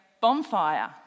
bonfire